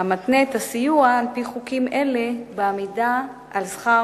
המתנה את הסיוע על-פי חוקים אלה בעמידה בשכר